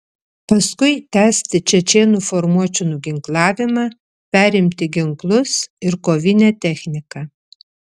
paskui tęsti čečėnų formuočių nuginklavimą perimti ginklus ir kovinę techniką